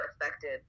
affected